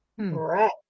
Right